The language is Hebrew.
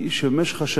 שבמשך השנים,